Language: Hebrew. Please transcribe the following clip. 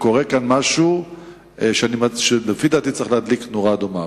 וקורה כאן משהו שלפי דעתי צריך להדליק נורה אדומה.